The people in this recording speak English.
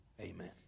Amen